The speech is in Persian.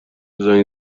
زنگ